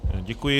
Děkuji.